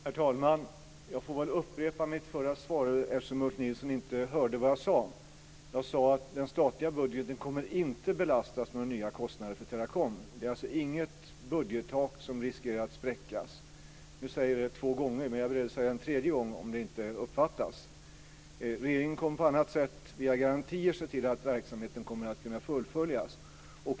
Herr talman! Jag får väl upprepa mitt förra svar, eftersom Ulf Nilsson inte hörde vad jag sade. Jag sade att den statliga budgeten inte kommer att belastas med några nya kostnader för Teracom. Det är alltså inget budgettak som riskerar att spräckas. Nu har jag sagt det två gånger, men jag är beredd att säga det en tredje gång om det inte uppfattas. Regeringen kommer på annat sätt, via garantier, att se till att verksamheten kommer att kunna fullföljas.